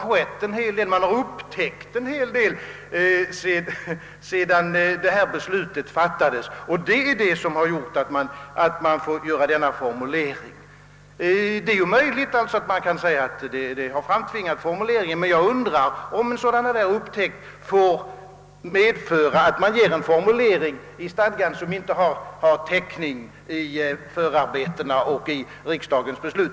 Vidare säger statsrådet, att man har upptäckt en hel del sedan detta beslut fattades och därför måst använda nuvarande formulering. Ja det är möjligt att man kan göra gällande att formuleringen är framtvingad, men jag undrar om sådana upptäckter får medföra att man ger en formulering åt stadgan som inte har täckning i förarbetena och i riksdagens beslut.